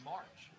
March